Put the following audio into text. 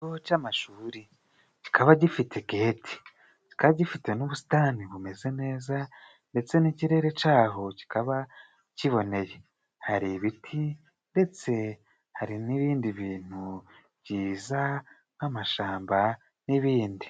Ikigo c'amashuri kikaba gifite geti gifite n'ubusitani bumeze neza, ndetse n'ikirere cyaho kikaba kiboneye, hari ibiti ndetse hari n'ibindi bintu byiza nk'amashamba n'ibindi.